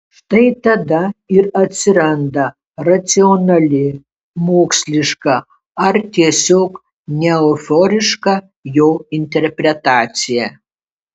štai tada ir atsiranda racionali moksliška ar tiesiog neeuforiška jo interpretacija